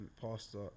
pastor